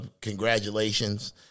congratulations